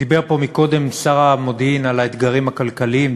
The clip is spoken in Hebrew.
דיבר פה קודם שר המודיעין על האתגרים הכלכליים,